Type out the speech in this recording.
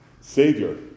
Savior